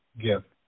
gift